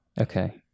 Okay